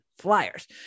flyers